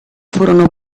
furono